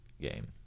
game